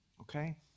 Okay